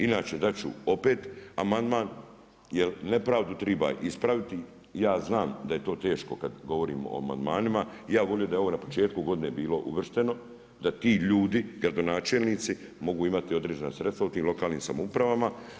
Inače dati ću opet amandman, jer nepravdu treba ispraviti, i ja znam, da je to teško kad govorimo o amandmanima i ja bi volio da je ovo na početku godine bilo uvršteno, da ti ljudi, gradonačelnici mogu imati određena sredstva u tim lokalnim samoupravama.